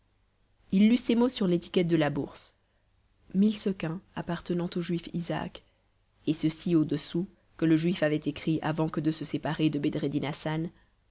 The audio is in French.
il lut ces mots sur l'étiquette de la bourse mille sequins appartenant au juif isaac et ceux-ci audessous que le juif avait écrits avant que de se séparer de bedreddin hassan